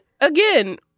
again